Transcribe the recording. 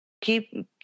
keep